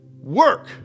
work